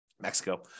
Mexico